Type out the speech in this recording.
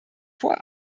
vor